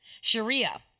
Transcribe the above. Sharia